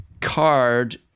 card